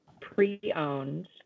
pre-owned